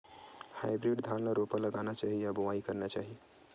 Hybrid धान ल रोपा लगाना चाही या बोआई करना चाही?